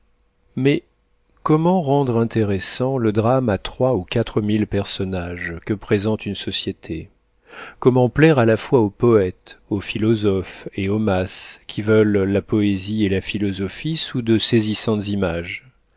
mais comment rendre intéressant le drame à trois ou quatre mille personnages que présente une société comment plaire à la fois au poëte au philosophe et aux masses qui veulent la poésie et la philosophie sous de saisissantes images